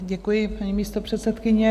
Děkuji, paní místopředsedkyně.